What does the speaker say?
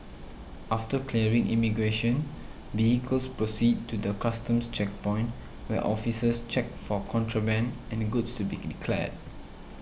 after clearing immigration vehicles proceed to the Customs checkpoint where officers check for contraband and goods to be declared